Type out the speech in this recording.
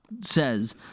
says